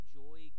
joy